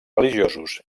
religiosos